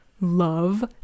love